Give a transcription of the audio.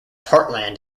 heartland